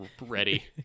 ready